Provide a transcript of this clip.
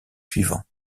suivant